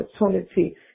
opportunity